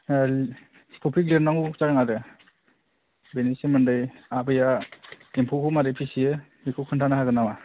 topic लिरनांगौ जादों आरो बेनि सोमोन्दै आबैया एम्फौखौ मारै फिसियो बेखौ खिन्थानो हागोन नामा